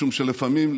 משום שלפעמים,